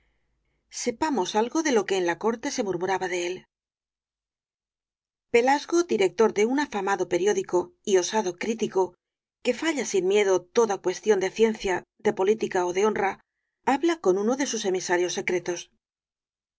sepamos algo de lo que en la corte se murmuraba de él pelasgo director de un afamado periódico y osado crítico que falla sin miedo toda cuestión de ciencia de política ó de honra habla con uno de sus emisarios secretos